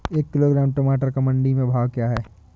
एक किलोग्राम टमाटर का मंडी में भाव क्या है?